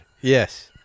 Yes